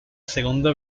segunda